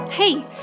Hey